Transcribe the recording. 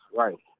right